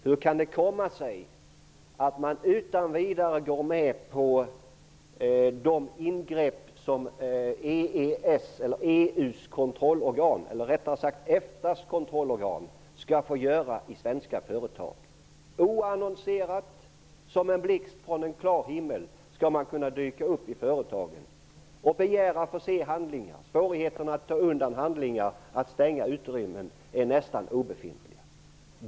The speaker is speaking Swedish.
Hur kan det alltså komma sig att man utan vidare går med på de ingrepp som EFTA:s kontrollorgan skall få göra i svenska företag? Oannonserat, som en blixt från klar himmel, skall man kunna dyka upp i företagen och begära att få se handlingar. Möjligheterna att få undan handlingar och att stänga utrymmen är nästan obefintliga.